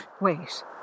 Wait